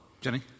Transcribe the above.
Jenny